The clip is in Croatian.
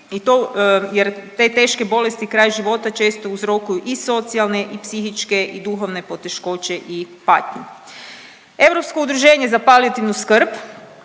jer te teške bolesti, kraj života često uzrokuju i socijalne i psihičke i duhovne poteškoće i patnje.